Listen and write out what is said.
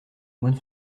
moine